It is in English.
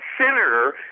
senator